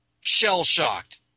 Shell-shocked